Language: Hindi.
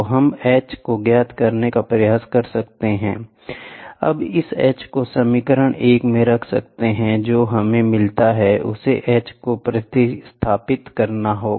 तो हम h को ज्ञात करने का प्रयास कर सकते हैं अब इस h को समीकरण 1 में रख सकते हैं जो हमें मिलता है उसे h को प्रतिस्थापित करना है